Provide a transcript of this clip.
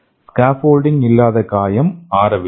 scaffolding இல்லாத காயம் ஆறவில்லை